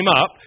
up